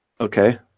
Okay